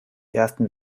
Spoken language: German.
ersten